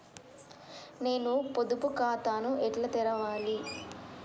నేను పొదుపు ఖాతాను ఎట్లా తెరవాలి?